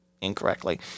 incorrectly